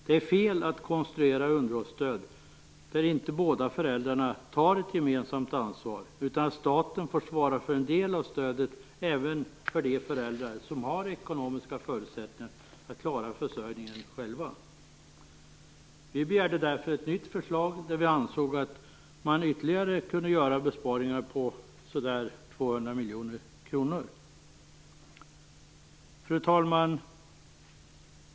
Det är fel att konstruera ett underhållsstöd där inte båda föräldrarna tar ett gemensamt ansvar utan att staten får svara för en del av stödet även för de föräldrar som har ekonomiska förutsättningar att klara försörjningen själva. Vi begärde därför ett nytt förslag. Vi ansåg att man kunde göra ytterligare besparingar på ca 200 miljoner kronor. Fru talman!